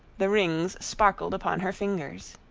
the rings sparkled upon her fingers.